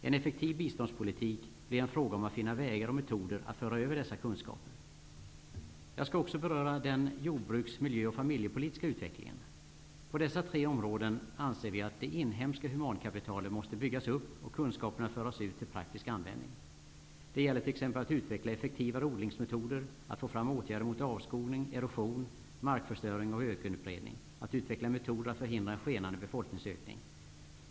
En effektiv biståndspolitik blir en fråga om att finna vägar och metoder att föra över kunskaper av här nämnt slag. Jag skall också beröra utvecklingen på jordbrukets, miljöns och familjepolitikens områden. På dessa tre områden anser vi att det inhemska humankapitalet måste byggas upp och kunskaperna föras ut till praktisk användning. Det gäller t.ex. att utveckla effektivare odlingsmetoder, att få fram åtgärder mot avskogning, erosion, markförstöring och ökenutbredning samt att utveckla metoder att förhindra en skenande befolkningsökning.